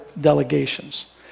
delegations